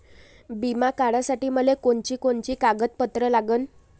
बिमा काढासाठी मले कोनची कोनची कागदपत्र लागन?